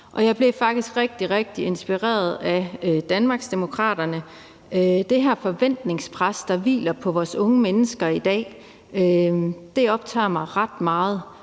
jeg blev faktisk rigtig, rigtig inspireret af Danmarksdemokraterne. Det her forventningspres, der hviler på vores unge mennesker i dag, optager mig ret meget,